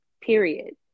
Period